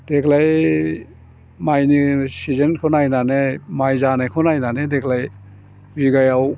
देग्लाय माइनि सिजेनखौ नायनानै माइ जानायखौ नायनानै देग्लाय बिघायाव